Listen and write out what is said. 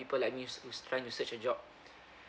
people like me who's who's trying to search a job